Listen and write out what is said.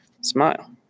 Smile